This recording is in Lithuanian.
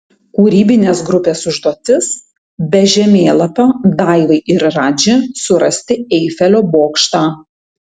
kūrybinės grupės užduotis be žemėlapio daivai ir radži surasti eifelio bokštą